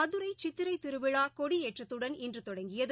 மதுரைசித்திரைத் திருவிழாகொடியேற்றத்துடன் இன்றுதொடங்கியது